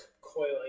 coiling